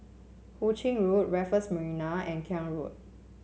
Hu Ching Road Raffles Marina and Klang Road